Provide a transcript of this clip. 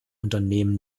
unternehmen